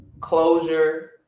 closure